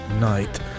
night